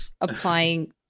Applying